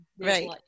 right